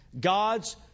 God's